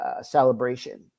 celebration